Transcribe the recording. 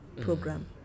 program